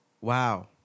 Wow